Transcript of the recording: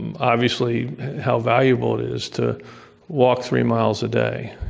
obviously how valuable it is to walk three miles a day.